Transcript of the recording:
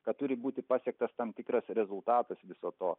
kad turi būti pasiektas tam tikras rezultatas viso to